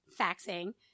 faxing